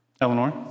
Eleanor